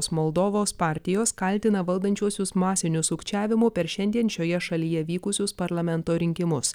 moldovos partijos kaltina valdančiuosius masiniu sukčiavimu per šiandien šioje šalyje vykusius parlamento rinkimus